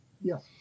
Yes